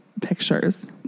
pictures